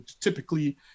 typically